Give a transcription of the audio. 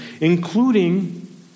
including